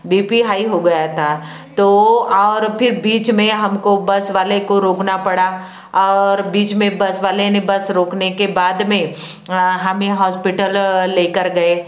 BP high हो गया था तो और फिर बीच में हमको बस वाले को रोकना पड़ा और बीच में बस वाले ने बस रोकने के बाद में हमें हॉस्पिटल लेकर गए